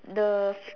the